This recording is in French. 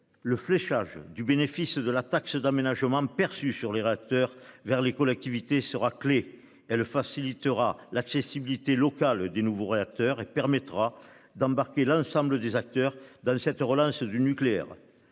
le fléchage du bénéfice de la taxe d'aménagement perçu sur les Rather vers les collectivités sera clé. Elle facilitera l'accessibilité local des nouveaux réacteurs et permettra d'embarquer l'ensemble des acteurs dans cette relance du nucléaire.